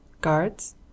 Guards